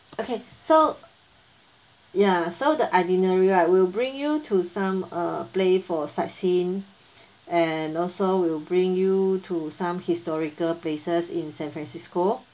okay so ya so the itinerary right we'll bring you to some uh place for sightseeing and also we'll bring you to some historical places in san francisco